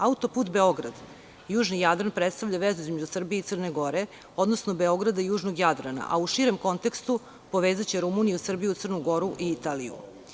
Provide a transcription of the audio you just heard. Autoput Beograd – Južni Jadran predstavlja vezu između Srbije i Crne Gore, odnosno Beograda i Južnog Jadrana a u širem kontekstu povezaće Rumuniju, Srbiju, Crnu Goru i Italiju.